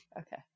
okay